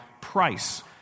price